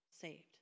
saved